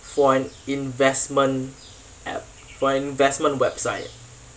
for an investment app for an investment website